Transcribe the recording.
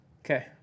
Okay